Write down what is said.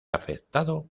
afectado